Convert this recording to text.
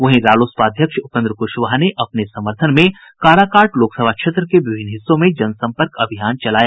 वहीं रालोसपा अध्यक्ष उपेन्द्र क्शवाहा ने अपने समर्थन में काराकाट लोकसभा क्षेत्र के विभिन्न हिस्सों में जनसम्पर्क अभियान चलाया